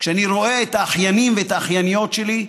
כשאני רואה את האחיינים ואת האחייניות שלי.